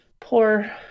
poor